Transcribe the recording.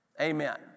Amen